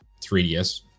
3DS